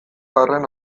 garren